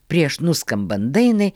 prieš nuskambant dainai